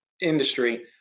industry